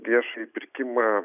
viešąjį pirkimą